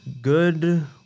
good